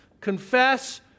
confess